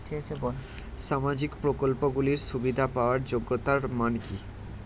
সামাজিক প্রকল্পগুলি সুবিধা পাওয়ার যোগ্যতা মান কি?